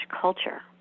culture